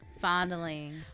fondling